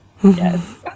Yes